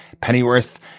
Pennyworth